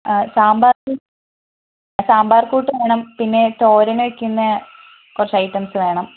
സാമ്പാർ സാമ്പാർകൂട്ട് വേണം പിന്നെ തോരൻ വെക്കുന്നത് കുറച്ച് ഐറ്റംസ് വേണം